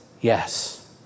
Yes